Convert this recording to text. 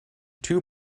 two